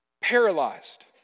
paralyzed